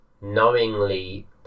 knowingly